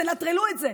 תנטרלו את זה.